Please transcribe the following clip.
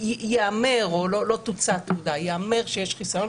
שייאמר שיש חיסיון.